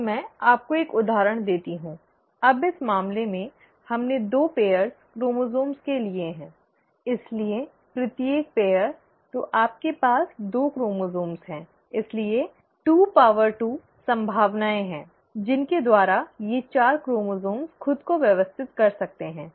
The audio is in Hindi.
अब मैं आपको एक उदाहरण देता हूं अब इस मामले में हमने दो जोड़े क्रोमोसोम्स के लिए है इसलिए प्रत्येक जोड़ी तो आपके पास दो क्रोमोसोम्स हैं इसलिए 22 संभावनाएं हैं जिनके द्वारा ये चार क्रोमोसोम्स खुद को व्यवस्थित कर सकते हैं